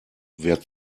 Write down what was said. wer